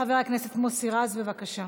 חבר הכנסת מוסי רז, בבקשה,